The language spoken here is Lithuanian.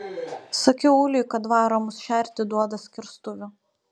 sakiau uliui kad varo mus šerti duoda skerstuvių